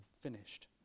finished